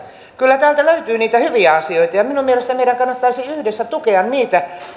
kyllä täältä löytyy niitä hyviä asioita ja minun mielestäni meidän kannattaisi yhdessä tukea niitä